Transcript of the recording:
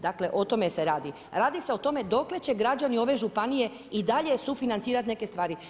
Dakle, o tome se radi, radi se o tome, dokle će građani ove županije i dalje sufinancirati neke stvari.